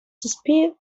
speed